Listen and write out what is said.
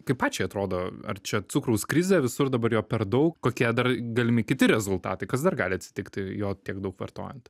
kaip pačiai atrodo ar čia cukraus krizė visur dabar jo per daug kokie dar galimi kiti rezultatai kas dar gali atsitikti jo tiek daug vartojant